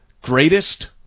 greatest